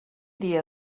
dia